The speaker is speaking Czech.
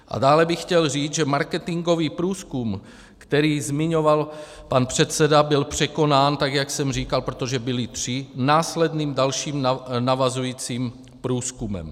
A dále bych chtěl říct, že marketingový průzkum, který zmiňoval pan předseda, byl překonán, tak jak jsem říkal, protože byly tři, následným, dalším navazujícím průzkumem.